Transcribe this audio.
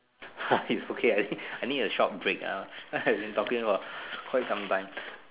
okay I think I need a short break now I've been talking for quite some time